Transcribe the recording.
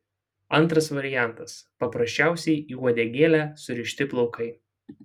antras variantas paprasčiausiai į uodegėlę surišti plaukai